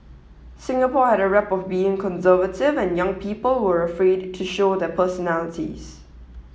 Singapore had a rep of being conservative and young people were afraid to show their personalities